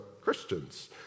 Christians